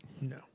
No